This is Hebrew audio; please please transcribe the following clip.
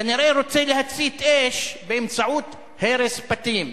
כנראה רוצה להצית אש באמצעות הרס בתים.